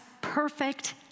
Perfect